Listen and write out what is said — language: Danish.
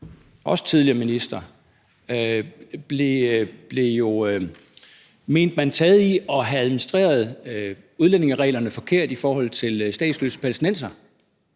en tidligere minister, blev taget i, mente man jo, at have administreret udlændingereglerne forkert i forhold til statsløse palæstinensere,